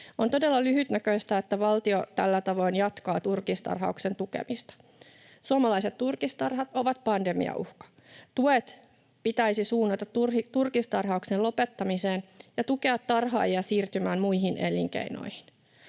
On todella lyhytnäköistä, että valtio tällä tavoin jatkaa turkistarhauksen tukemista. Suomalaiset turkistarhat ovat pandemiauhka. Tuet pitäisi suunnata turkistarhauksen lopettamiseen ja tukea tarhaajia siirtymään muihin elinkeinoihin.